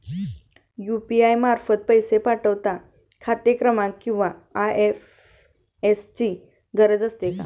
UPI मार्फत पैसे पाठवता खाते क्रमांक किंवा आय.एफ.एस.सी ची गरज असते का?